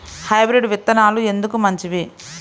Hybrid విత్తనాలు ఎందుకు మంచివి?